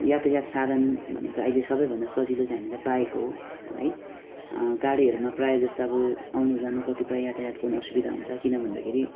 यातायात साधन भनेको अहिइले सबैभन्दा सजिलो चाहिँ हामीलाई बाइक हो है गाडीहरूमा प्रायः जस्तो अब आउनु जानु कतिपय यातायातको पनि असुविधा हुन्छ किन भन्दाखेरि